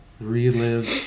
relive